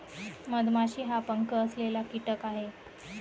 मधमाशी हा पंख असलेला कीटक आहे